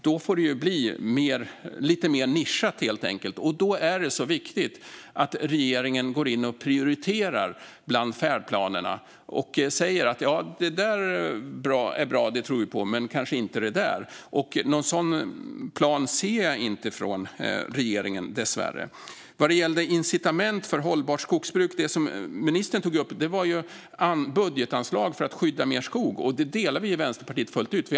Det får helt enkelt bli lite mer nischat, och därför är det viktigt att regeringen går in och prioriterar bland färdplanerna och säger vad man tror och inte tror på. Men någon sådan plan ser jag dessvärre inte från regeringen. Vad gällde incitament för hållbart skogsbruk var det som ministern tog upp budgetanslag för att skydda mer skog. Det håller vi i Vänsterpartiet fullt ut med om.